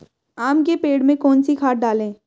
आम के पेड़ में कौन सी खाद डालें?